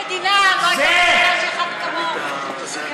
אף מדינה לא הייתה מוכנה שאחד כמוך יהיה בכנסת,